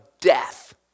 death